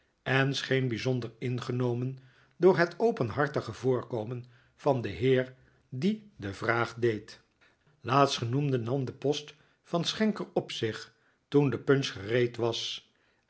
en scheen bijzonder ingenomen door het openhartige voorkomen van den heer die de vraag deed laatstgenoemde nam den post van schenker op zich toen de punch gereed was